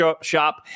shop